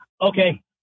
Okay